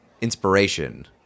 inspiration